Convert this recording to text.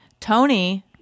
Tony